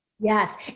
Yes